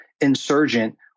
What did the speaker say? insurgent